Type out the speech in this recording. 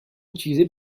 utilisé